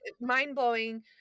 mind-blowing